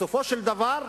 בסופו של דבר,